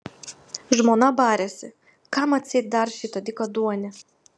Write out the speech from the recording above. žmona barėsi kam atseit dar šitą dykaduonį